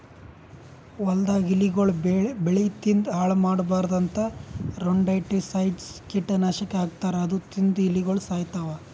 ಹೊಲ್ದಾಗ್ ಇಲಿಗೊಳ್ ಬೆಳಿ ತಿಂದ್ ಹಾಳ್ ಮಾಡ್ಬಾರ್ದ್ ಅಂತಾ ರೊಡೆಂಟಿಸೈಡ್ಸ್ ಕೀಟನಾಶಕ್ ಹಾಕ್ತಾರ್ ಅದು ತಿಂದ್ ಇಲಿಗೊಳ್ ಸಾಯ್ತವ್